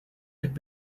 could